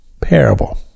parable